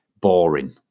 Boring